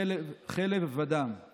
חלב ודם /